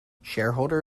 shareholder